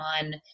on